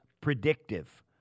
predictive